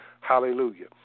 Hallelujah